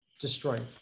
destroy